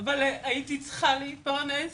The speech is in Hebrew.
אבל הייתי צריכה להתפרנס,